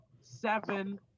seven